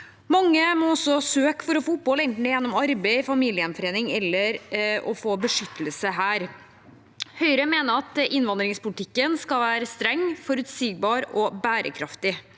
Mange må også søke for å få opphold, enten det er gjennom arbeid, familiegjenforening eller å få beskyttelse her. Høyre mener at innvandringspolitikken skal være streng, forutsigbar og bærekraftig.